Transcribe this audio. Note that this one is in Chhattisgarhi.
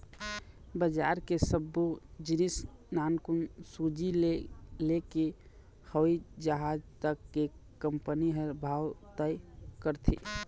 बजार के सब्बो जिनिस नानकुन सूजी ले लेके हवई जहाज तक के कंपनी ह भाव तय करथे